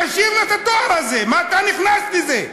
תשאיר לה את התואר הזה, מה אתה נכנס לזה?